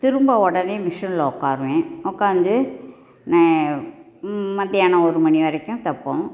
திரும்ப உடனே மிஷினில் உட்காருவேன் உட்காந்து மத்தியானம் ஒரு மணி வரைக்கும் தைப்போம்